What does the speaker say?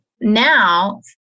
now